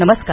नमस्कार